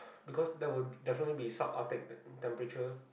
because there would definitely be shout outdated temperature